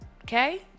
Okay